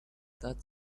that